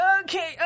okay